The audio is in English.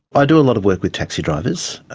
i do a lot of work with taxi drivers.